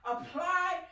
Apply